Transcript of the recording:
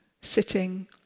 sitting